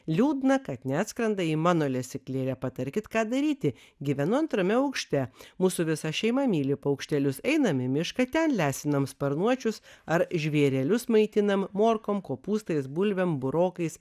liūdna kad neatskrenda į mano lesyklėlę patarkit ką daryti gyvenu antrame aukšte mūsų visa šeima myli paukštelius einam į mišką ten lesinam sparnuočius ar žvėrelius maitinam morkom kopūstais bulvėm burokais